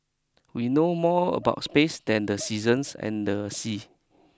we know more about space than the seasons and the sea